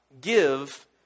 give